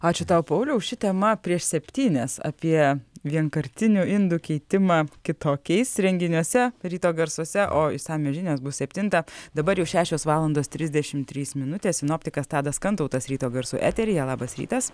ačiū tau pauliau ši tema prieš septynias apie vienkartinių indų keitimą kitokiais renginiuose ryto garsuose o išsamios žinios bus septintą dabar jau šešios valandos trisdešim trys minutės sinoptikas tadas kantautas ryto garsų eteryje labas rytas